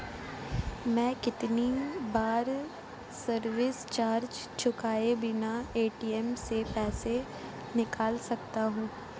मैं कितनी बार सर्विस चार्ज चुकाए बिना ए.टी.एम से पैसे निकाल सकता हूं?